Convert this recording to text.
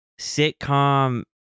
sitcom